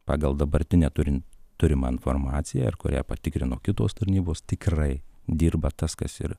pagal dabartinę turin turimą informaciją ir kurią patikrino kitos tarnybos tikrai dirba tas kas ir